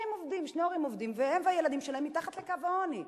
שני ההורים עובדים והם והילדים שלהם מתחת לקו העוני.